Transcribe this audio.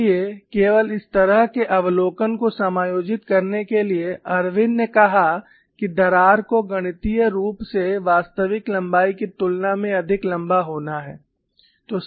इसलिए केवल इस तरह के अवलोकन को समायोजित करने के लिए इरविन ने कहा कि दरार को गणितीय रूप से वास्तविक लंबाई की तुलना में अधिक लंबा होना है